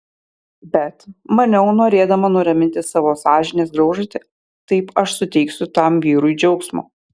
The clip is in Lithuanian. bet maniau norėdama nuraminti savo sąžinės graužatį taip aš suteiksiu tam vyrui džiaugsmo